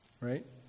right